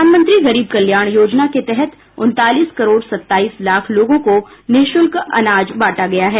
प्रधानमंत्री गरीब कल्याण योजना के तहत उनतालीस करोड़ सत्ताईस लाख लोगों को निशुल्क अनाज बांटा गया है